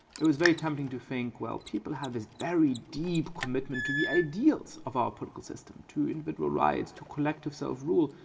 it was very tempting to think, well people have this very deep commitment to the ideals of our political system, two individual rides, two collective so selves rule,